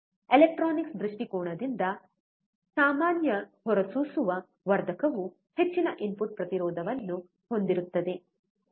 electronics ದೃಷ್ಟಿಕೋನದಿಂದ ಸಾಮಾನ್ಯ ಹೊರಸೂಸುವ ವರ್ಧಕವು ಹೆಚ್ಚಿನ ಇನ್ಪುಟ್ ಪ್ರತಿರೋಧವನ್ನು ಹೊಂದಿರುತ್ತದೆ